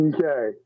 Okay